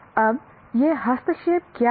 अब ये हस्तक्षेप क्या हैं